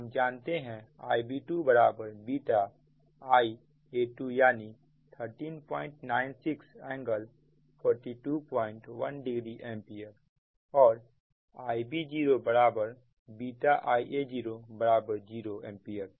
हम जानते हैं Ib2Ia2यानी 1396∟421o एंपियर और Ib0Iao0 एंपियर